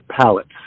palettes